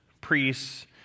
priests